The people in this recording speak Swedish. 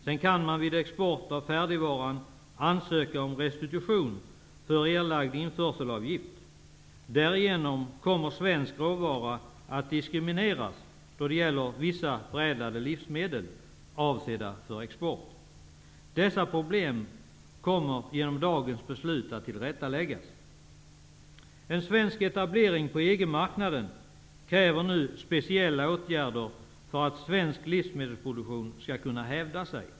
Sedan kan man vid export av färdigvaran ansöka om restitution för erlagd införselavgift. Därigenom kommer svensk råvara att diskrimineras då det gäller vissa förädlade livsmedel avsedda för export. Dessa problem kommer genom dagens beslut att tillrättaläggas. En svensk etablering på EG-marknaden kräver nu speciella åtgärder för att svensk livsmedelsproduktion skall kunna hävda sig.